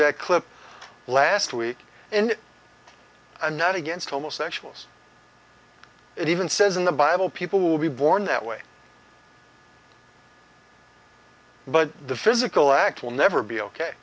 that clip last week and a not against homosexuals it even says in the bible people will be born that way but the physical act will never be ok